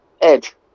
Edge